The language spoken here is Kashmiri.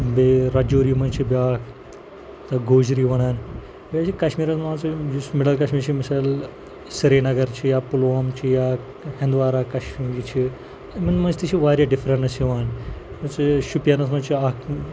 بیٚیہِ راجوری منٛز چھِ بیٛاکھ تہٕ گوجری وَنان بیٚیہِ چھِ کشمیٖرَس منٛز مانٛژٕ یِم یُس مِڈَل کشمیٖر چھِ مِثال سرینگر چھِ یا پُلووم چھِ یا ہنٛدوارہ کَشمیٖری چھِ یِمَن منٛز تہِ چھِ واریاہ ڈِفرَنٕس یِوان یہِ ہَسا یہِ شُپیَنَس منٛز چھِ اَکھ